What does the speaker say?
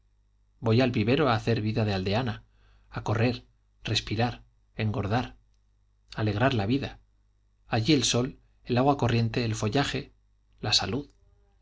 voy al vivero a hacer vida de aldeana a correr respirar engordar alegrar la vida allí el sol el agua corriente el follaje la salud